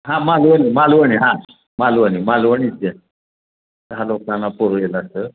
हां मालवणी मालवणी हां मालवणी मालवणीच द्या दहा लोकांना पुरेल असं